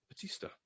Batista